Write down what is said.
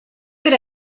per